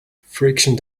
friction